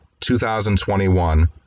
2021